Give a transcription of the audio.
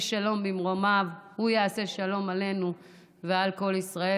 שלום במרומיו הוא יעשה שלום עלינו ועל כל ישראל.